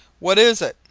what is it,